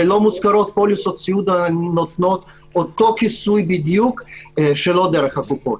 ולא מוזכרות פוליסות סיעוד הנותנות אותו כיסוי בדיוק שלא דרך הקופות.